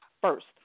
first